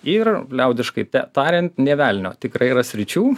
ir liaudiškai tariant nė velnio tikrai yra sričių